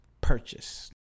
purchase